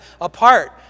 apart